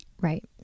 right